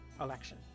election